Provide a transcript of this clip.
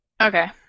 Okay